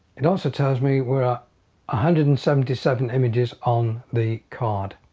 it also tells me were ah ah hundred and seventy seven images on the card.